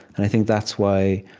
and i think that's why,